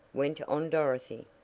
went on dorothy.